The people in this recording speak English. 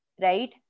right